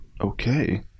okay